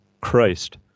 Christ